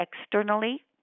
externally